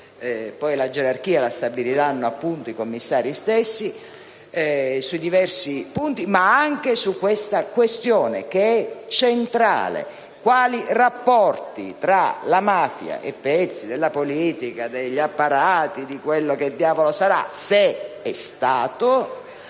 poi la gerarchia la stabiliranno appunto i commissari stessi - sui diversi punti, ma anche su questa questione, che è centrale: quali rapporti tra la mafia e pezzi della politica, degli apparati (di quello che diavolo sarà, se è stato),